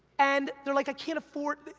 and, they're like, i can't afford,